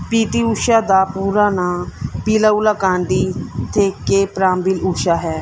ਪੀ T Usha ਦਾ ਪੂਰਾ ਨਾਮ ਪਿਲਾਵੁਕੰਦੀ ਤੇਕੇਪਰਰੰਬਿਲ ਊਸ਼ਾ ਹੈ